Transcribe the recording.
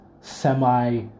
semi